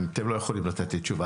אתם לא יכולים לתת לי תשובה.